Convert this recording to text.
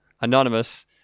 anonymous